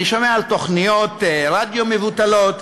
אני שומע על תוכניות רדיו מבוטלות,